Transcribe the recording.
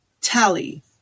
tally